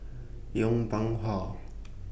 Yong Pung How